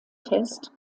test